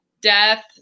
death